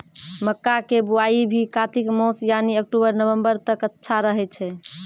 मक्का के बुआई भी कातिक मास यानी अक्टूबर नवंबर तक अच्छा रहय छै